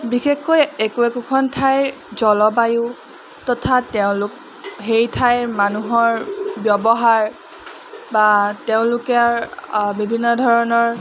বিশেষকৈ একো একোখন ঠাইৰ জলবায়ু তথা তেওঁলোক সেই ঠাইৰ মানুহৰ ব্যৱহাৰ বা তেওঁলোকৰ বিভিন্ন ধৰণৰ